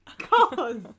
Cause